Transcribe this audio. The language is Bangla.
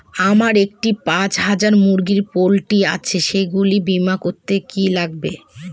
আমার একটি পাঁচ হাজার মুরগির পোলট্রি আছে সেগুলি বীমা করতে কি লাগবে?